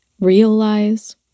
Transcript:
realize